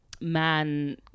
man